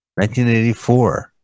1984